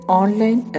online